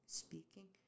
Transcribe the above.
speaking